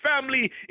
family